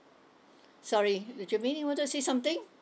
sorry did you maybe want to say something